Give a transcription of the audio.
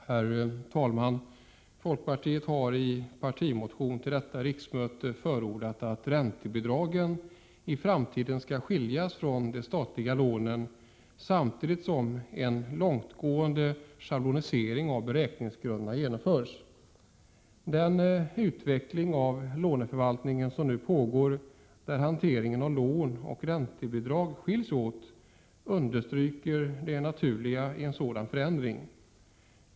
Herr talman! Folkpartiet har i en partimotion till detta riksmöte förordat att räntebidragen i framtiden skall skiljas från de statliga lånen samtidigt som en långtgående schablonisering av beräkningsgrunderna genomförs. Den utveckling av låneförvaltningen som nu pågår, där hanteringen av lån och räntebidrag skiljs åt, framhäver det naturliga i en sådan förändring.